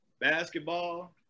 basketball